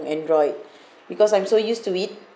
android because I'm so used to it